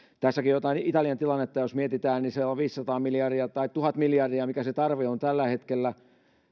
tässäkin jos jotain italian tilannetta mietitään niin se on viisisataa miljardia tai tuhat miljardia mikä se tarve on tällä hetkellä